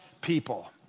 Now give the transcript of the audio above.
people